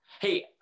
Hey